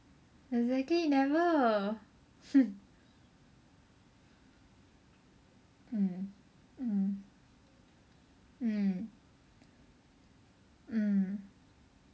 exactly never mm mm mm mm